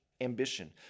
ambition